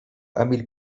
emil